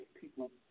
people